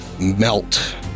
melt